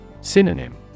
Synonym